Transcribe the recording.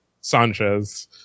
sanchez